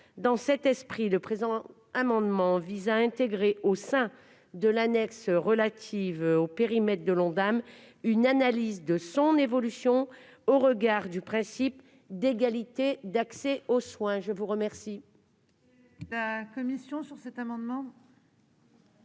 Dans cette logique, le présent amendement vise à intégrer au sein de l'annexe relative au périmètre de l'Ondam une analyse de son évolution au regard du principe d'égalité d'accès aux soins. Quel